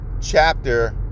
chapter